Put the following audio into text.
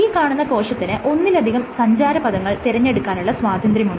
ഈ കാണുന്ന കോശത്തിന് ഒന്നിലധികം സഞ്ചാരപഥങ്ങൾ തെരഞ്ഞെടുക്കാനുള്ള സ്വാതന്ത്ര്യമുണ്ട്